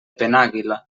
penàguila